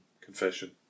Confession